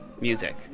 Music